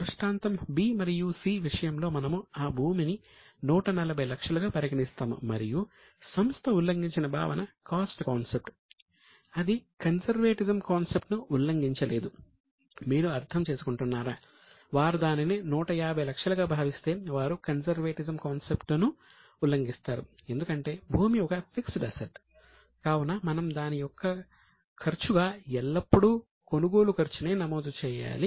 దృష్టాంతం B మరియు C విషయంలో మనము ఆ భూమిని 140 లక్షలుగా పరిగణిస్తాము మరియు సంస్థ ఉల్లంఘించిన భావన కాస్ట్ కాన్సెప్ట్ కావున మనం దాని యొక్క ఖర్చుగా ఎల్లప్పుడూ కొనుగోలు ఖర్చునే నమోదు చేయాలి